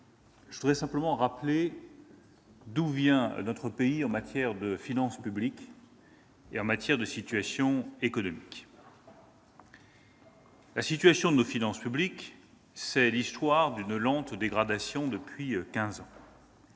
je voudrais simplement rappeler d'où vient notre pays en termes de finances publiques et de situation économique. Nos finances publiques, c'est l'histoire d'une lente dégradation depuis quinze